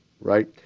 right